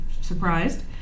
surprised